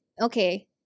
okay